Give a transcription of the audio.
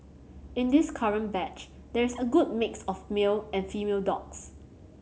in this current batch there is a good mix of male and female dogs